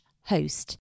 host